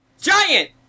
giant